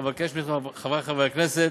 אבקש אתכם, חברי חברי הכנסת,